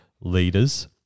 leaders